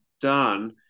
done